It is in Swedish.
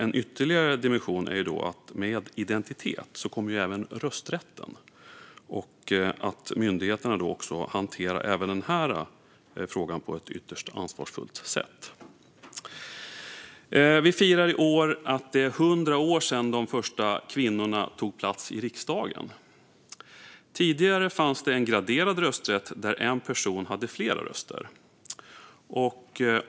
En ytterligare dimension är att med identitet kommer även rösträtten och att myndigheterna måste hantera även denna fråga på ett ytterst ansvarsfullt sätt. Vi firar i år att det är 100 år sedan de första kvinnorna tog plats i riksdagen. Tidigare fanns det en graderad rösträtt där en person hade flera röster.